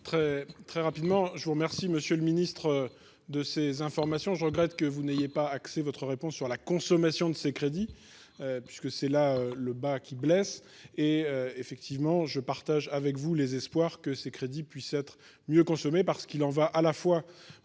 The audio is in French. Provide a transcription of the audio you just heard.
très rapidement. Je vous remercie Monsieur le Ministre de ces informations. Je regrette que vous n'ayez pas accès votre réponse sur la consommation de ces crédits. Parce que c'est là le bât qui blesse et effectivement je partage avec vous les espoirs que ces crédits puissent être mieux consommer par ce qu'il en va à la fois